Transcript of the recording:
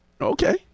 Okay